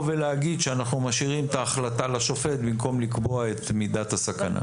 ולהגיד שאנחנו משאירים את ההחלטה לשופט במקום לקבוע את מידת הסכנה.